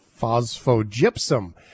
phosphogypsum